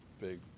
big